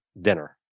dinner